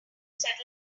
settle